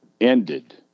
ended